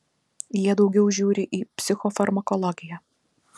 jie daugiau žiūri į psichofarmakologiją